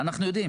אנחנו יודעים